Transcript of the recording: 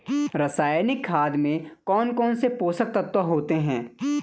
रासायनिक खाद में कौन कौन से पोषक तत्व होते हैं?